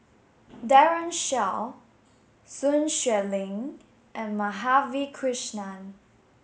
Daren Shiau Sun Xueling and Madhavi Krishnan